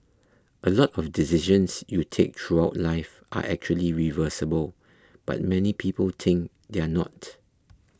a lot of decisions you take throughout life are actually reversible but many people think they are not